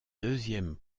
deuxième